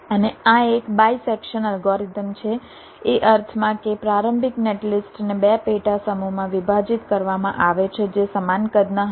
અને આ એક બાયસેક્શન અલ્ગોરિધમ છે એ અર્થમાં કે પ્રારંભિક નેટલિસ્ટને 2 પેટાસમૂહમાં વિભાજિત કરવામાં આવે છે જે સમાન કદના હશે